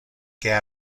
que